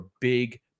big